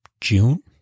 June